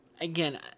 again